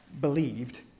believed